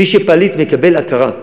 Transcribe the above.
מי שהוא פליט מקבל הכרה,